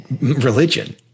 religion